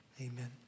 Amen